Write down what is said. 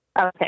Okay